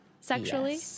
sexually